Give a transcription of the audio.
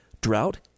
Drought